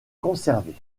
conservés